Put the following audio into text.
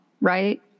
right